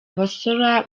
abasora